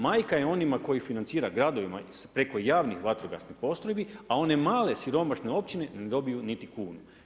Majka je onima koji financira gradovima preko javnih vatrogasnih postrojbi, a one male siromašne općine ne dobiju niti kunu.